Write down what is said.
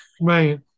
Right